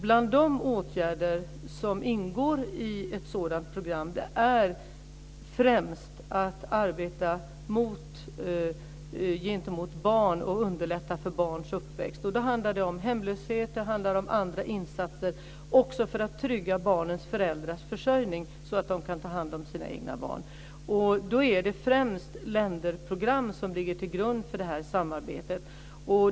Bland de åtgärder som ingår i ett sådant program är främst att arbeta gentemot barn och underlätta för barns uppväxt. Då handlar det om hemlöshet och andra insatser också för att trygga barnens föräldrars försörjning, så att de kan ta hand om sina egna barn. Då är det främst länderprogram som ligger till grund för detta samarbete.